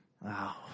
Wow